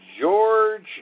George